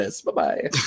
Bye-bye